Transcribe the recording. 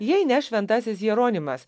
jei ne šventasis jeronimas